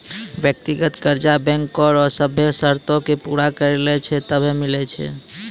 व्यक्तिगत कर्जा बैंको रो सभ्भे सरतो के पूरा करै छै तबै मिलै छै